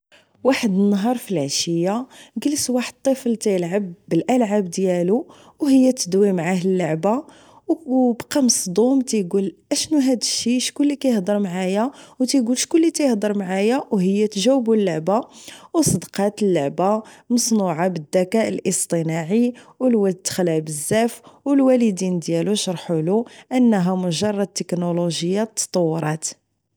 واحد النهار فالعشية كلس واحد الطفل كيلعب بالالعاب ديالو و هي تدوي معاه اللعبة و- وبقا مصدوم تيكول اشنو هادشي شكون اللي كيهضر معايا! و هي تجاويو اللعبة و صدقات اللعبة مصنوعة بالذكاء الاصطناعي و الولد تخلع بزاف و الواليدين ديالو شرحولو انها مجرد تكنولوجيا تطورات